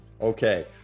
okay